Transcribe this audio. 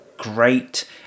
great